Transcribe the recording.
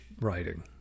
writing